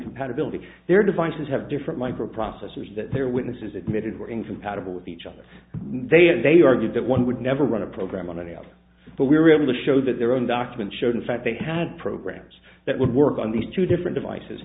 compatibility their devices have different microprocessors that their witnesses admitted were incompatible with each other they had they argued that one would never run a program on a day out but we were able to show that their own document showed in fact they had programs that would work on these two different devices